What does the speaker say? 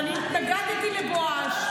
התנגדתי לבואש.